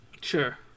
Sure